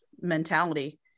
mentality